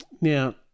Now